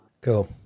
Cool